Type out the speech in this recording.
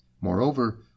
Moreover